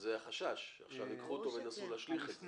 וזה החשש, עכשיו יקחו אותו וינסו להשליך את זה.